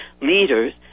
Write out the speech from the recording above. leaders